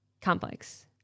complex